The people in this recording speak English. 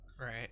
Right